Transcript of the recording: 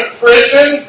prison